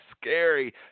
scary